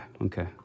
okay